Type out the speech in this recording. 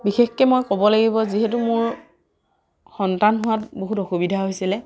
বিশেষকে মই ক'ব লাগিব যিহেতু মোৰ সন্তান হোৱাত বহুত অসুবিধা হৈছিলে